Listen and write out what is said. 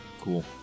cool